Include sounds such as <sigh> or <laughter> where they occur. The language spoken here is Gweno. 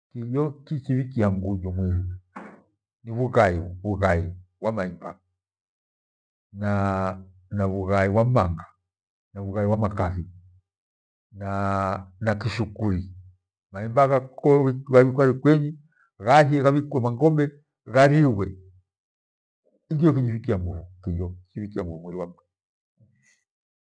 Kijo kichibhikia yuju mwiri <noise> ni bhughai bhughai bha maemba na na bhughai bha mmanja na bhughai bha makhani na na kishukuri maemba ghakora ghabhikwa rukwenyi ghashe ghabhikiwe makombe gharighwe nikyo kijo kyebhikia nguju mwiri wapfwo.